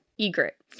Egret